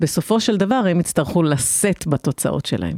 בסופו של דבר הם הצטרכו לשאת בתוצאות שלהם.